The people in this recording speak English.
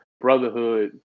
brotherhood